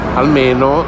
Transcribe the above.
almeno